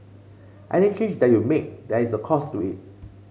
any change that you make there is a cost to it